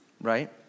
right